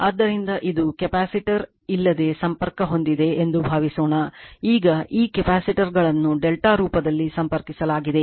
ಆದ್ದರಿಂದ ಇದು ಕೆಪಾಸಿಟರ್ ಇಲ್ಲದೆ ಸಂಪರ್ಕ ಹೊಂದಿದೆ ಎಂದು ಭಾವಿಸೋಣ ಈಗ ಈ ಕೆಪಾಸಿಟರ್ಗಳನ್ನು ಡೆಲ್ಟಾ ರೂಪದಲ್ಲಿ ಸಂಪರ್ಕಿಸಲಾಗಿದೆ